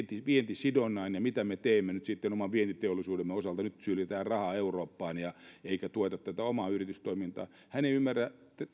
vientisidonnainen että mitä me teemme nyt sitten oman vientiteollisuutemme osalta että nyt syljetään rahaa eurooppaan eikä tueta tätä omaa yritystoimintaa hän ei ymmärrä